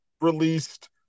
released